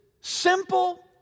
simple